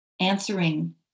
answering